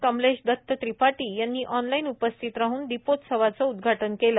कमलेश दत्त त्रिपाठी यांनी ऑनलाइन उपस्थित राहन दीपोत्सवाचे उदघाटन केले